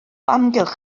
amgylch